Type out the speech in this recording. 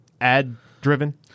ad-driven